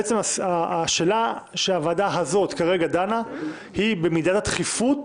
בעצם השאלה שהוועדה הזאת דנה בה כרגע היא במידת הדחיפות